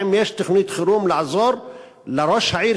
האם יש תוכנית חירום לעזור לראש העיר